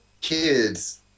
Kids